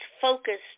focused